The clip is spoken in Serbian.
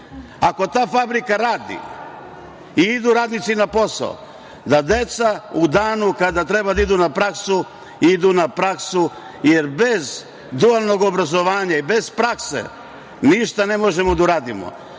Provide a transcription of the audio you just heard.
Ako ta fabrika radi i idu radnici na posao, da deca u danu kada treba da idu na praksu – idu na praksu, jer bez dualnog obrazovanja i bez prakse ništa ne možemo da uradimo.